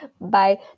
bye